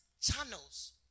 channels